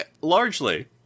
largely